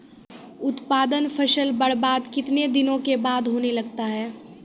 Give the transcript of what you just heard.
उत्पादन फसल बबार्द कितने दिनों के बाद होने लगता हैं?